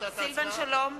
סילבן שלום,